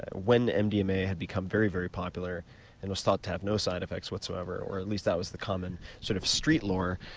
when mdma had become very, very popular and was thought to have no side effects whatsoever or at least that was the common sort of street lore,